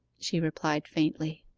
she replied faintly.